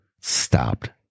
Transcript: stopped